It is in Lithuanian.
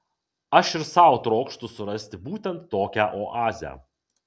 aš ir sau trokštu surasti būtent tokią oazę